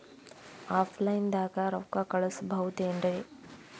Offline ದಾಗ ರೊಕ್ಕ ಕಳಸಬಹುದೇನ್ರಿ?